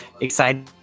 excited